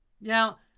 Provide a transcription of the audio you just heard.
Now